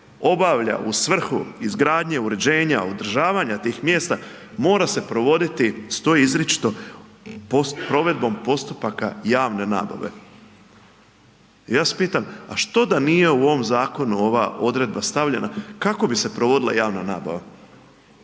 obavlja u svrhu izgradnje, uređenja, održavanja tih mjesta mora se provoditi, stoji izričito provedbom postupaka javne nabave. Ja vas pitam, a što da nije u ovom zakonu ova odredba stavljena, kako bi se provodila javna nabava?